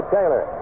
Taylor